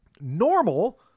normal